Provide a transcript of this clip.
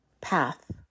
path